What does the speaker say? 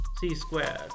C-squared